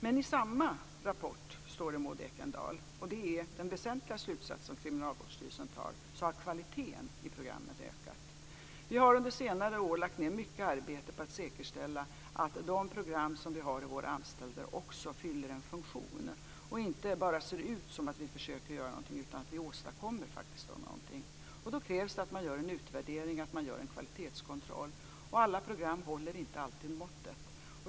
Men i samma rapport, Maud Ekendahl, står det - och det är den väsentliga slutsatsen Kriminalvårdsstyrelsen drar - att kvaliteten i programmen ökat. Vi har under senare år lagt ned mycket arbete på att säkerställa att de program vi har i våra anstalter också fyller en funktion, att det inte bara ser ut som vi försöker att göra någonting utan att vi faktiskt åstadkommer någonting. Då krävs det att man gör en utvärdering, en kvalitetskontroll. Alla program håller inte alltid måttet.